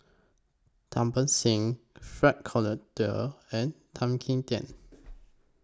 Singh Frank Cloutier and Tan Kim Tian